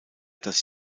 das